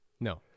No